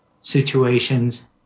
situations